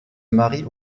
marient